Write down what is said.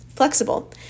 flexible